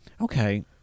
Okay